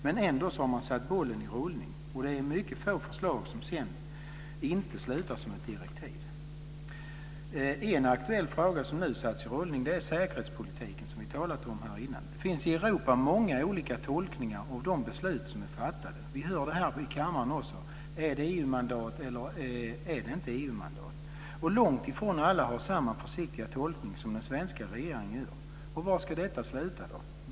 Men man har ändå satt bollen i rullningen. Det är mycket få förslag som sedan inte slutar som ett direktiv. En aktuell fråga som nu satts i rullning är säkerhetspolitiken, som vi talat om här innan. Det finns i Europa många olika tolkningar av de beslut som är fattade. Vi hörde här i kammaren också: Är det ett EU-mandat eller inte? Långt ifrån alla gör samma försiktiga tolkning som den svenska regeringen gör. Var ska detta sluta?